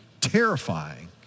terrifying